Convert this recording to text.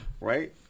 Right